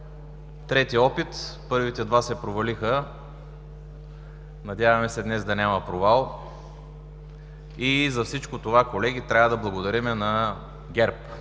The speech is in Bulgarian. трети опит. Първите два се провалиха. Надяваме се днес да няма провал и за всичко това, колеги, трябва да благодарим на ГЕРБ.